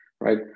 right